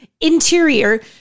interior